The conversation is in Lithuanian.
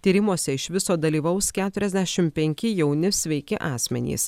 tyrimuose iš viso dalyvaus keturiasdešim penki jauni sveiki asmenys